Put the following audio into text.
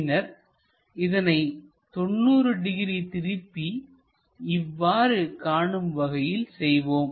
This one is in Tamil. பின்னர் இதனை 90 டிகிரி திருப்பி இவ்வாறு காணும் வகையில் செய்வோம்